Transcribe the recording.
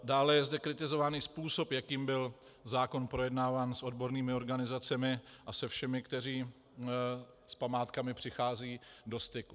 Dále je zde kritizovaný způsob, jakým byl zákon projednáván s odbornými organizacemi a se všemi, kteří s památkami přicházejí do styku.